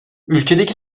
ülkedeki